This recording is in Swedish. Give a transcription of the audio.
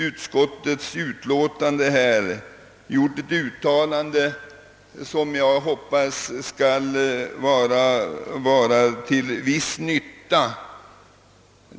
Utskottet har i sitt utlåtande gjort ett uttalande som jag hoppas skall vara till viss nytta.